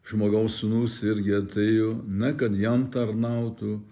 žmogaus sūnus irgi atėjo ne kad jam tarnautų